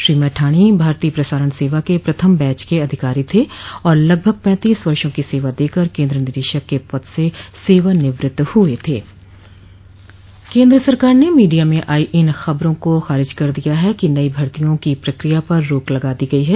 श्री मैठाणी भारतीय प्रसारण सेवा के प्रथम बैच के अधिकारी थे और लगभग पैंतीस वर्षो की सेवा देकर केन्द्र निदेशक के पद से सेवानिवृत्त हुए थे केन्द्र सरकार ने मीडिया में आई इन खबरों को खारिज कर दिया है कि नई भर्तियों की प्रक्रिया पर रोक लगा दी गई है